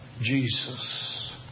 Jesus